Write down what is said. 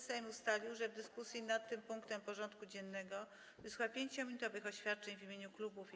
Sejm ustalił, że w dyskusji nad tym punktem porządku dziennego wysłucha 5-minutowych oświadczeń w imieniu klubów i kół.